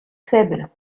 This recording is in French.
faibles